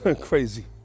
crazy